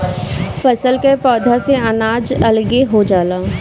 फसल के पौधा से अनाज अलगे हो जाला